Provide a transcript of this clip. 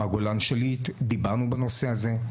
מר גולן שליט, דיברנו בנושא הזה.